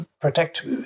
protect